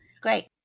Great